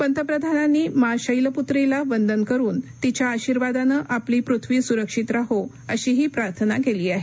पंतप्रधानांनी मा शैलपुत्रीला वंदन करून तिच्या आशीर्वादानं आपली पृथ्वी सुरक्षित राहो अशीही प्रार्थना केली आहे